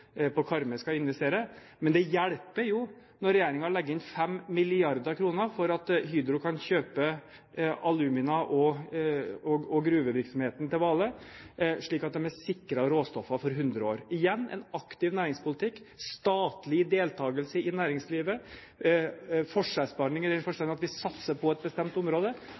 på Karmøy skal investere, men det hjelper jo når regjeringen legger inn 5 mrd. kr for at Hydro kan kjøpe Alumina og gruvevirksomheten til Vale, slik at de er sikret råstoffer for 100 år – igjen en aktiv næringspolitikk, statlig deltakelse i næringslivet og forskjellsbehandling i den forstand at vi satser på et bestemt område,